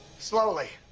slowly.